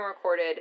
recorded